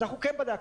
אנחנו כן בדקנו.